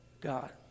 God